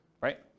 right